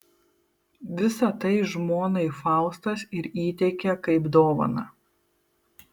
visa tai žmonai faustas ir įteikė kaip dovaną